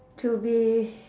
to be